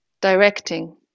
directing